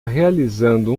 realizando